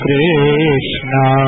Krishna